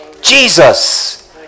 Jesus